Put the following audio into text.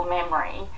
memory